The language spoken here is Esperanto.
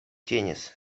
tenis